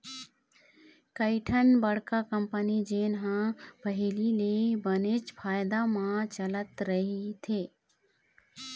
कइठन बड़का कंपनी जेन ह पहिली ले बनेच फायदा म चलत रहिथे